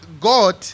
God